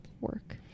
work